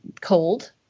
cold